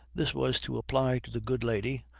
this was to apply to the good lady,